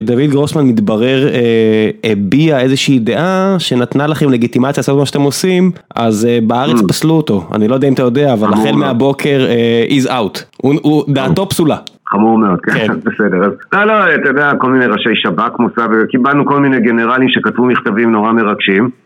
דוד גרוסמן מתברר, הביע איזושהי דעה, שנתנה לכם לגיטימציה לעשות מה שאתם עושים, אז בארץ פסלו אותו, אני לא יודע אם אתה יודע, אבל החל מהבוקר he's out. הוא, דעתו פסולה. חמור מאוד, כן, בסדר. לא, לא, אתה יודע, כל מיני ראשי שבק מוסר, וקיבלנו כל מיני גנרלים שכתבו מכתבים נורא מרגשים.